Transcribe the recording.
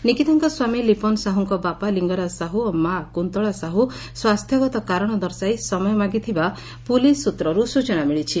ନିକିତାଙ୍କ ସ୍ୱାମୀ ଲିପନ୍ ସାହୁଙ୍କ ବାପା ଲିଙ୍ଗରାଜ ସାହୁ ଓ ମାଆ କୁନ୍ତଳା ସାହୁ ସ୍ୱାସ୍ଥ୍ୟଗତ କାରଶ ଦର୍ଶାଇ ସମୟ ମାଗିଥିବା ପୁଲିସ୍ ସୂତ୍ରରୁ ସୂଚନା ମିଳିଛି